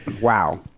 Wow